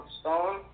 stone